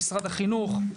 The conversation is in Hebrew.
ומשרד החינוך.